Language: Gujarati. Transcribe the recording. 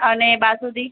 અને બાસુંદી